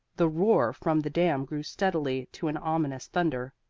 the roar from the dam grew steadily to an ominous thunder.